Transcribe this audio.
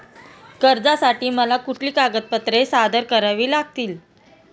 कर्जासाठी मला कुठली कागदपत्रे सादर करावी लागतील?